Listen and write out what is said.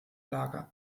lager